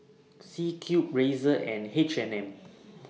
C Cube Razer and H and M